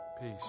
Peace